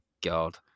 god